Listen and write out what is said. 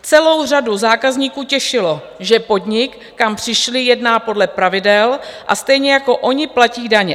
Celou řadu zákazníků těšilo, že podnik, kam přišli, jedná podle pravidel a stejně jako oni platí daně.